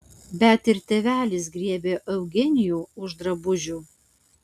bet ir tėvelis griebė eugenijų už drabužių